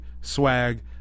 swag